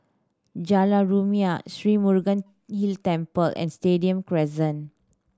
Jalan Rumia Sri Murugan Hill Temple and Stadium Crescent